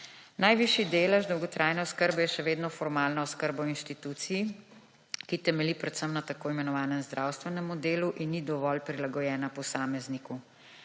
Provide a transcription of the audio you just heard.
Najvišji delež dolgotrajne oskrbe je še vedno formalna oskrba v instituciji, ki temelji predvsem na tako imenovanem zdravstvenemu delu in ni dovolj prilagojena posamezniku.